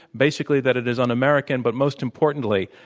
basically that it is un-american, but most importantly,